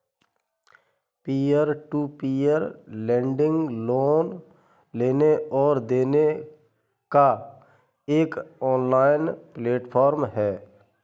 peer to peer lending loan लेने और देने का एक ऑनलाइन प्लेटफ़ॉर्म है